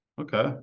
Okay